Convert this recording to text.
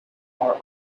are